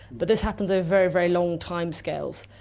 but this happens over very, very long time scales,